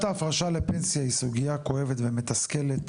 ההפרשה לפנסיה היא סוגיה כואבת ומתסכלת,